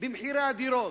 במחירי הדירות.